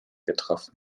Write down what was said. getroffen